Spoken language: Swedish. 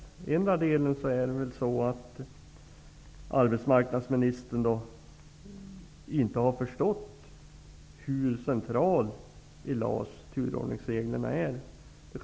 Den ena tolkningen är att arbetsmarknadsministern inte har förstått hur centrala turordningsreglerna är i LAS.